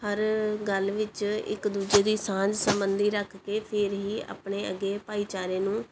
ਹਰ ਗੱਲ ਵਿੱਚ ਇੱਕ ਦੂਜੇ ਦੀ ਸਾਂਝ ਸਬੰਧੀ ਰੱਖ ਕੇ ਫਿਰ ਹੀ ਆਪਣੇ ਅੱਗੇ ਭਾਈਚਾਰੇ ਨੂੰ